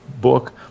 book